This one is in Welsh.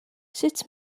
sut